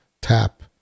tap